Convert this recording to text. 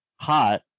hot